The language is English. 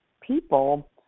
people